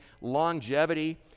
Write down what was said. longevity